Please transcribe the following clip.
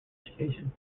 education